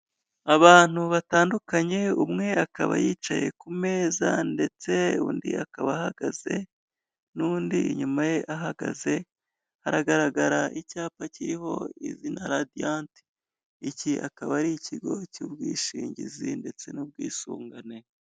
Abantu batandukanye umwe akaba yicaye ku meza, ndetse undi akaba ahagaze, n'undi inyuma ye ahagaze hagaragara icyapa kiriho izina radiyati iki akaba ari ikigo cy'ubwishingizi ndetse n'ubwisungane.